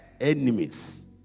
enemies